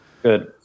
Good